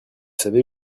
savez